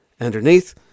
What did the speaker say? Underneath